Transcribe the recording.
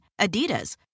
adidas